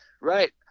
Right